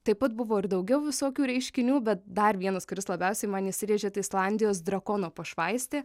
taip pat buvo ir daugiau visokių reiškinių bet dar vienas kuris labiausiai man įsirėžė tai islandijos drakono pašvaistė